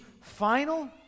final